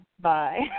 bye